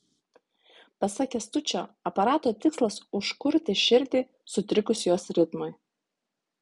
pasak kęstučio aparato tikslas užkurti širdį sutrikus jos ritmui